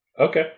Okay